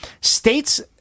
States